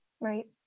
right